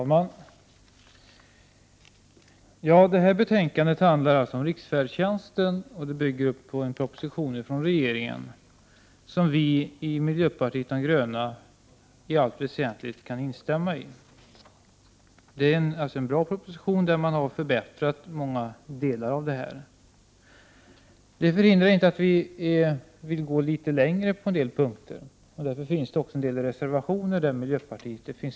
Herr talman! Det här betänkandet handlar alltså om riksfärdtjänsten, och det bygger på en proposition, som miljöpartiet de gröna i allt väsentligt kan instämma i. Det är en bra proposition som inneråller många förbättringar. Detta hindrar inte att vi på en del punkter vill gå litet längre. Därför finns det — Prot. 1988/89:107 också en del reservationer med miljöpartister som undertecknare.